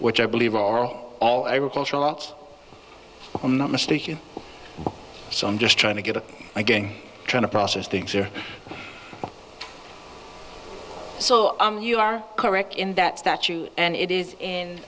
which i believe are all agricultural i'm not mistaken so i'm just trying to get up again trying to process things are so you are correct in that statute and it is in